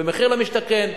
במחיר למשתכן,